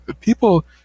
people